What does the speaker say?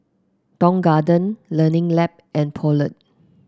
Tong Garden Learning Lab and Poulet